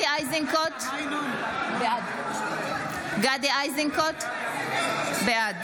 (קוראת בשמות חבר הכנסת) גדי איזנקוט, בעד